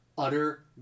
utter